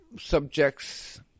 subjects